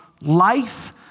life